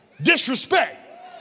disrespect